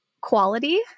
quality